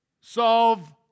solve